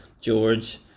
george